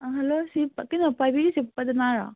hello ꯁꯤ ꯀꯩꯅꯣ ꯄꯥꯏꯕꯤꯔꯤꯁꯦ ꯄꯗꯃꯥꯔꯣ